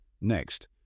Next